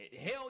hell